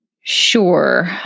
Sure